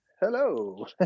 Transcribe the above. hello